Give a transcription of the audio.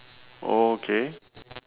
okay